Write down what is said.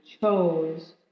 chose